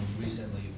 recently